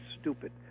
stupid